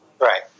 Right